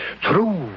True